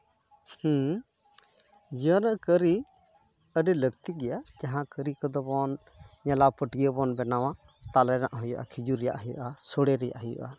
ᱦᱩᱸ ᱡᱤᱭᱚᱱ ᱨᱮ ᱠᱟᱹᱨᱤ ᱟᱹᱰᱤ ᱞᱟᱹᱠᱛᱤ ᱜᱮᱭᱟ ᱡᱟᱦᱟᱸ ᱠᱟᱹᱨᱤ ᱠᱚᱫᱚᱵᱚᱱ ᱧᱮᱞᱟ ᱯᱟᱹᱴᱭᱟᱹ ᱵᱚᱱ ᱵᱮᱱᱟᱣᱟ ᱛᱟᱞᱮ ᱨᱮᱱᱟᱜ ᱦᱩᱭᱩᱜᱼᱟ ᱠᱷᱤᱡᱩᱨ ᱨᱮᱱᱟᱜ ᱦᱩᱭᱩᱜᱼᱟ ᱥᱳᱲᱮ ᱨᱮᱱᱟᱜ ᱦᱩᱭᱩᱜᱼᱟ